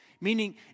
meaning